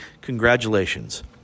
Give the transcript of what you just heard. congratulations